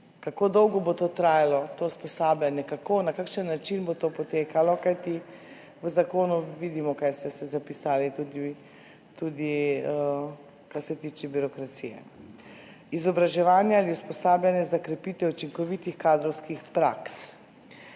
kako dolgo bo trajalo to usposabljanje, kako, na kakšen način bo to potekalo, kajti v zakonu vidimo, kaj vse ste zapisali, tudi kar se tiče birokracije. Izobraževanje ali usposabljanje za krepitev učinkovitih kadrovskih praks.